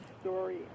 story